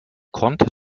konnte